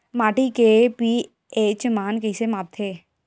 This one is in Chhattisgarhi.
माटी के पी.एच मान कइसे मापथे?